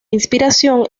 inspiración